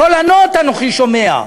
קול ענות אנוכי שומע.